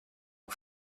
aux